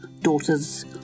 Daughters